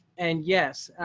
and yes,